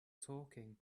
talking